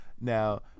Now